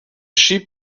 sheep